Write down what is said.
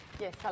Yes